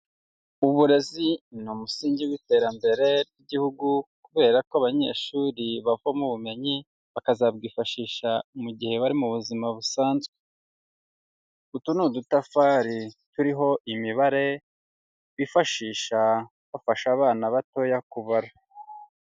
Uburezi ni umusingi w'iterambere ry'igihugu, kubera ko abanyeshuri bavoma ubumenyi bakazabwifashisha mu gihe bari mu buzima busanzwe, utu ni udutafari turiho imibare bifashisha bafasha abana batoya kubara.